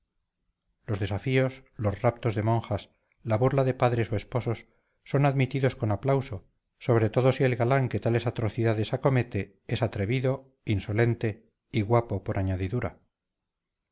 los desafíos los raptos de monjas la burla de padres o esposos son admitidos con aplauso sobre todo si el galán que tales atrocidades acomete es atrevido insolente y guapo por añadidura